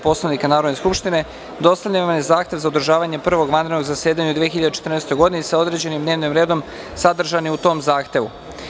Poslovnika Narodne skupštine, dostavljen vam je zahtev za održavanje Prvog vanrednog zasedanja u 2014. godini, sa određenim dnevnim redom sadržanim u tom Zahtevu.